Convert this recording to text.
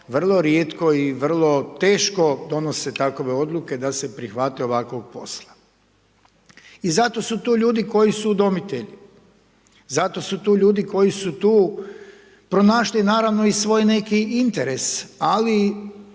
vrlo rijetko i vrlo teško donose takve odluke da se prihvate ovakvoga posla. I zato su tu ljudi koji su udomitelji, zato su tu ljudi koji su tu pronašli, naravno, i neki svoj interes, ali